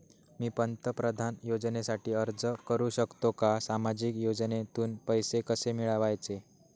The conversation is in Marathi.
मी पंतप्रधान योजनेसाठी अर्ज करु शकतो का? सामाजिक योजनेतून पैसे कसे मिळवायचे